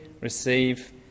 receive